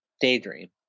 Daydream